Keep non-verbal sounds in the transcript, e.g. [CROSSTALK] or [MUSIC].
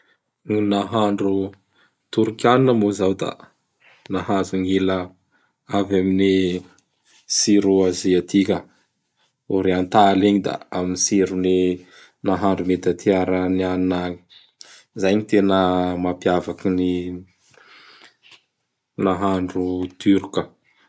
[NOISE] Gn ny nahando Torkianina mao zao da nahazo nahazo gn'ila avy amin'ny [NOISE] tsiro Aziatika Oriantaly igny da am tsiron'ny [NOISE] nahandro Medatiaranianina agny. [NOISE] Zay gn tena mampiavaky gn ny [NOISE] nahandro Turka.